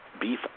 beef